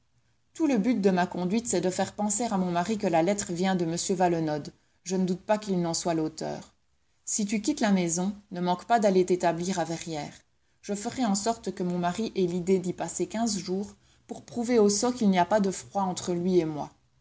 tout le but de ma conduite c'est de faire penser à mon mari que la lettre vient de m valenod je ne doute pas qu'il n'en soit l'auteur si tu quittes la maison ne manque pas d'aller t'établir à verrières je ferai en sorte que mon mari ait l'idée d'y passer quinze jours pour prouver aux sots qu'il n'y a pas de froid entre lui et moi